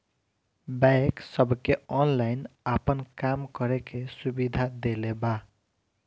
bank सबके online आपन काम करे के सुविधा देले बा